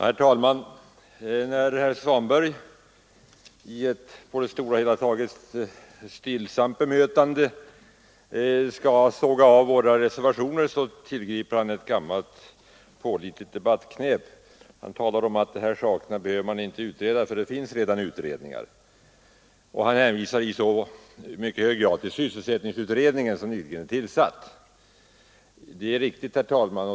Herr talman! När herr Svanberg i ett på det stora hela taget stillsamt inlägg vill ”såga av” våra reservationer tillgriper han ett gammalt pålitligt debattknep. Han talar om att man inte behöver utreda dessa frågor, eftersom det redan finns utredningar härom, och hänvisar i dagens sammanhang till den nyligen tillsatta sysselsättningsutredningen.